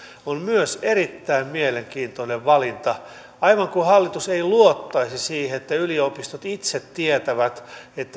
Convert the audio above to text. on myös erittäin mielenkiintoinen valinta aivan kuin hallitus ei luottaisi siihen että yliopistot itse tietävät